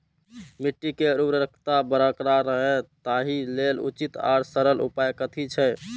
मिट्टी के उर्वरकता बरकरार रहे ताहि लेल उचित आर सरल उपाय कथी छे?